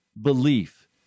belief